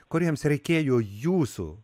kuriems reikėjo jūsų